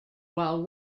while